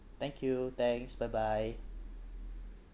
thank you thanks bye bye